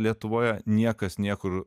lietuvoje niekas niekur